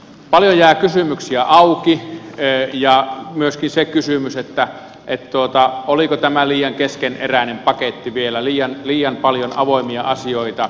paljon jää kysymyksiä auki ja myöskin se kysymys oliko tämä liian keskeneräinen paketti vielä liian paljon on avoimia asioita